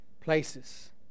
places